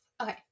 Okay